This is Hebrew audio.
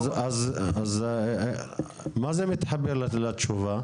אז מה זה מתחבר לתשובה?